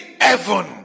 heaven